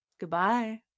Goodbye